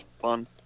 fun